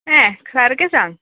यें सारकें सांग